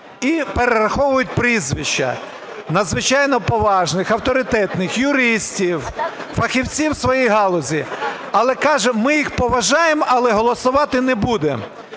і перераховують прізвища надзвичайно поважних, авторитетних юристів, фахівців своєї галузі, але кажуть: "Ми їх поважаємо, але голосувати не будемо,